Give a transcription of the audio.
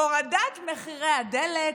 הורדת מחירי הדלק,